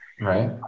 Right